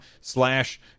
slash